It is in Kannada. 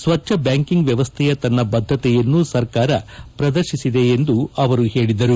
ಸ್ವಚ್ಯ ಬ್ಲಾಂಕಿಂಗ್ ವ್ಯವಸ್ಥೆಯ ತನ್ನ ಬದ್ಗತೆಯನ್ನು ಸರ್ಕಾರ ಪ್ರದರ್ತಿಸಿದೆ ಎಂದು ಅವರು ಹೇಳದರು